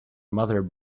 mother